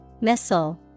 missile